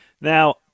Now